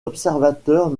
observateurs